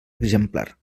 exemplar